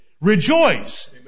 rejoice